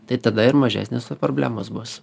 tai tada ir mažesnės ir problemos bus